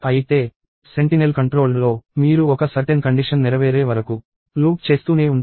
అయితే sentinel controlled లో మీరు ఒక సర్టెన్ కండిషన్ నెరవేరే వరకు లూప్ చేస్తూనే ఉంటారు